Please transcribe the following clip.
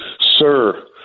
Sir